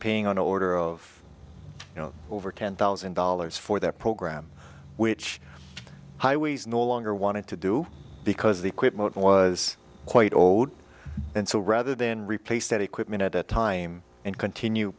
paying an order of over ten thousand dollars for that program which highways no longer wanted to do because the equipment was quite old and so rather than replace that equipment at a time and continue